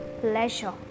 pleasure